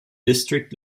district